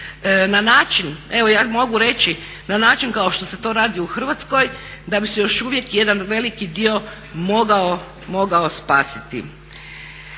na način, evo ja mogu reći, na način kao što se to radi u Hrvatskoj da bi se još uvijek jedan veliki dio mogao spasiti.